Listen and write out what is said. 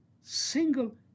single